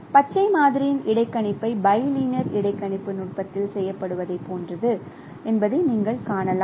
பச்சை மாதிரியின் இடைக்கணிப்பு பைலினியர் இடைக்கணிப்பு நுட்பத்தில் செய்யப்படுவதைப் போன்றது என்பதை நீங்கள் காணலாம்